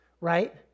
right